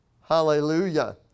Hallelujah